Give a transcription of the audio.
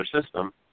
system